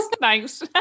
Thanks